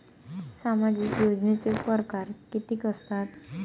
सामाजिक योजनेचे परकार कितीक असतात?